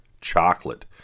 Chocolate